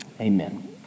Amen